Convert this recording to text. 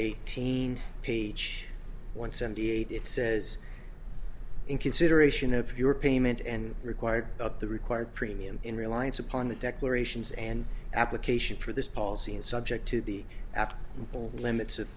eighteen page one seventy eight it says in consideration of your payment and required of the required premium in reliance upon the declarations and application for this policy is subject to the aft limit